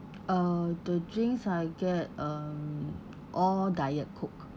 uh the drinks I get um all diet coke